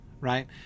right